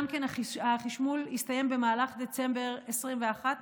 גם כן החשמול יסתיים במהלך דצמבר 2021,